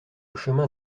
chemin